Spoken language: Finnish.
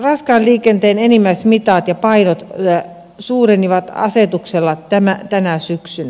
raskaan liikenteen enimmäismitat ja painot suurenivat asetuksella tänä syksynä